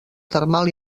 termal